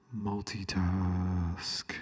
multitask